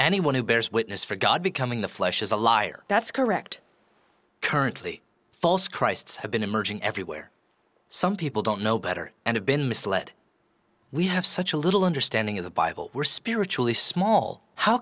anyone who bears witness for god becoming the flesh is a liar that's correct currently false christs have been emerging everywhere some people don't know better and have been misled we have such a little understanding of the bible were spiritually small how